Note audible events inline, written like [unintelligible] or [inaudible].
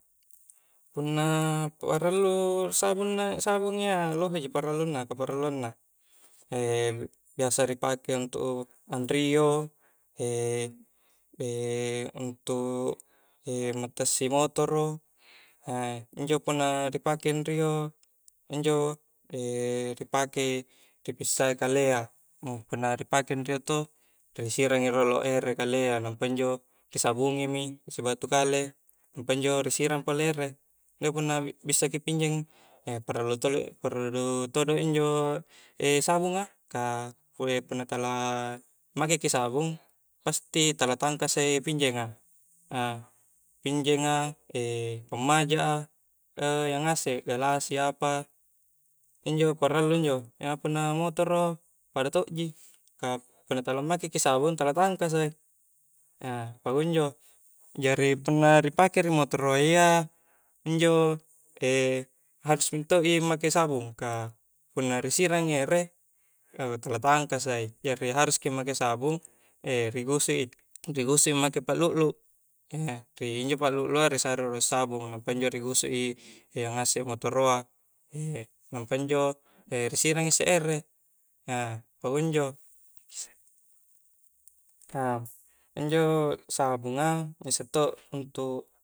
Punna parallu sabungna sabung a ia lohe ji paralunna-kaparaluuang na [hesitation] biasa ripake untuk anrio [hesitation] untuk matassi motoro, [hesitation] injo punna ripeke nrio injo [hesitation] ri pakei ri bissai kalea [hesitation] punna ri pake anrio to ri sirangi rolo erekalea nampa injo risabungi mi siabtu kale namapa injorisirang pole ere [unintelligible] punna bissa ki pinjeng, [hesitation] parallu todo injo [hesitation] sabung a, ka [hesitation] punna tala make ki sabung pasti tala tangkasai, pinjeng a, [hesitation] pinjenga, [hesitation] pammaja a, [hesitation] iya ngasek galasi apa, injo parallu injo iya punna motoro pada to ji, ka punna tala make ki sabung tala tangkasai, [hesitation] pakunjo jari punna ripake ri motoroa iya injo [hesitation] harus mento i make sabung ka punna ri sirangi ere [hesitation] tala tangkasai jari harus ki make sabung [hesitation] ri gusuki-ri gusuk i make paklukluk, [hesitation] ri injo paklukluk a risare ro sabung nampa injo ri gusuk i iya ngasek motoroa [hesitation] nampa injo [hesitation] risirang isse ere, [hesitation] pakunjo [hesitation] injo sabung a ngissek to untuk,